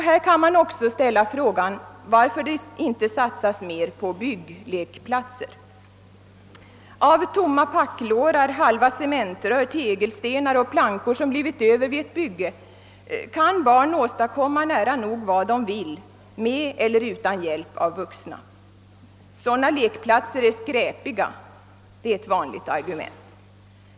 Man kan också ställa frågan varför det inte satsas mer på bygglekplatser. Av tomma packlårar, halva cementrör, tegelstenar och plankor som blivit över vid byggen kan barn åstadkomma nära nog vad de vill, med eller utan hjälp av vuxna. Ett vanligt argument är att sådana lekplatser är skräpiga.